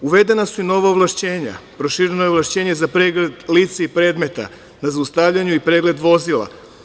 Uvedena su i nova ovlašćenja, prošireno je ovlašćenje za pregled lica i predmeta na zaustavljanju i pregled vozila.